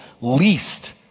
least